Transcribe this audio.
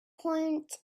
point